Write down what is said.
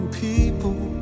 people